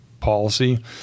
policy